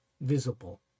visible